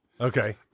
Okay